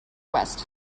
west